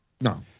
No